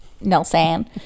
nelson